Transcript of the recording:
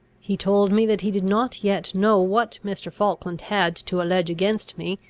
he told me that he did not yet know what mr. falkland had to allege against me,